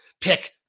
pick